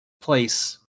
place